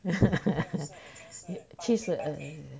七十二